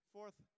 Fourth